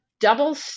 Double